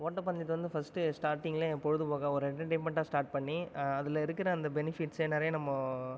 ஓட்டப்பந்தயத்தை வந்து ஃபஸ்ட் ஸ்டார்டிங்கில் என் பொழுதுபோக்காக ஒரு என்டர்டைமென்ட்டாக ஸ்டார்ட் பண்ணி அதில் இருக்கிற அந்த பெனிஃபிட்ஸ் நிறைய நம்ம